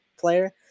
player